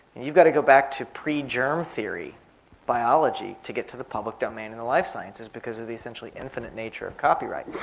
you've got to go back to pre-germ theory biology to get to the public domain in the life sciences because of the essentially infinite nature of copyright.